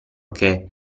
che